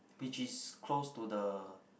which is close to the